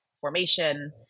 formation